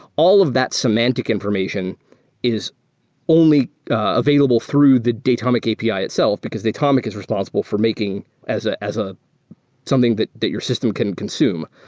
all of that semantic information is only available through the datomic api itself, because datomic is responsible for making as ah as ah something that that your system can consume.